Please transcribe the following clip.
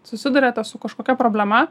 susiduriate su kažkokia problema